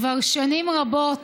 כבר שנים רבות,